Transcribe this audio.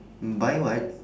buy what